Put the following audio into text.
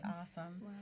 awesome